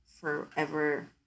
forever